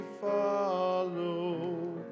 follow